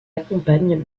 accompagne